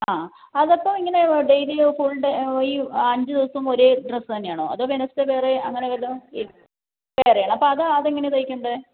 അ അതിപ്പം ഇങ്ങനെ ഡെയ്ലിയോ ഫുൾ ഡെ അഞ്ച് ദിവസം ഒരേ ഡ്രെസ്സ് തന്നെയാണൊ അതോ വെനസ്ഡെ വേറെ അങ്ങനെ വല്ലതും ഇ വേറെയാണ് അപ്പോൾ അത് അതെങ്ങനെയാണ് തയ്ക്കേണ്ടത്